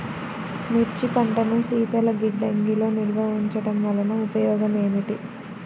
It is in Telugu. మిర్చి పంటను శీతల గిడ్డంగిలో నిల్వ ఉంచటం వలన ఉపయోగం ఏమిటి?